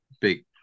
big